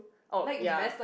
oh ya